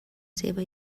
seva